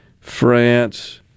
France